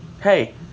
Hey